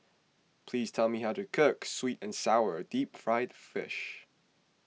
please tell me how to cook Sweet and Sour Deep Fried Fish